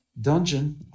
dungeon